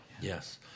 Yes